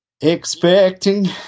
Expecting